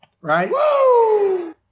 Right